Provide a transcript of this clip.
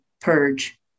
purge